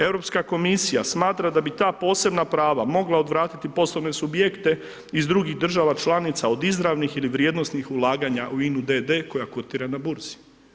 Europska komisija smatra da bi ta posebna prava mogla odvratiti poslovne subjekte iz drugih država članica od izravnih ili vrijednosnih ulaganja u INU d.d. koja kotira na burzi.